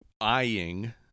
eyeing